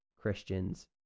Christians